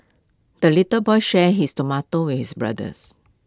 the little boy shared his tomato with his brothers